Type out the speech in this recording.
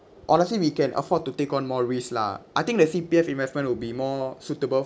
honestly we can afford to take on risk lah I think the C_P_F investment would be more suitable